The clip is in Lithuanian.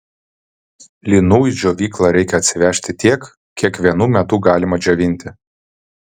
linų į džiovyklą reikia atsivežti tiek kiek vienu metu galima džiovinti